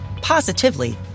positively